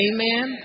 Amen